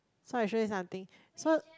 so I show you something so